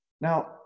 Now